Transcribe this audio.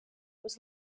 was